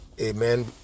amen